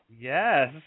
Yes